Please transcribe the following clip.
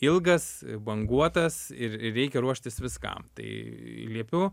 ilgas banguotas ir ir reikia ruoštis viskam tai liepiu